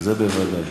בוודאי.